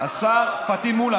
פטין מולא.